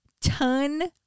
ton